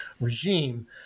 regime